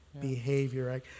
behavior